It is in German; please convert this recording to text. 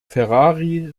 ferrari